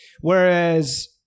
Whereas